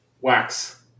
Wax